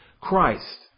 Christ